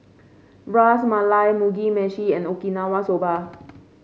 Ras Malai Mugi Meshi and Okinawa Soba